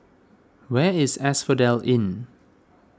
where is Asphodel Inn